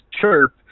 chirp